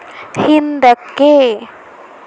ಹಿಂದಕ್ಕೆ